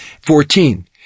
Fourteen